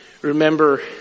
remember